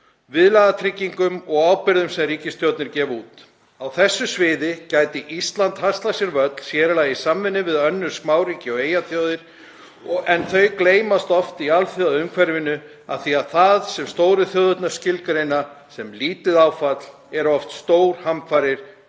viðlagatryggingum og ábyrgðum sem ríkisstjórnir gefa út. Á þessu sviði gæti Ísland haslað sér völl, sér í lagi í samvinnu við önnur smáríki og eyjaþjóðir en þau gleymast oft í alþjóðaumhverfinu af því að það sem stóru þjóðirnar skilgreina sem lítið áfall eru oft stórhamfarir